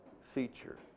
feature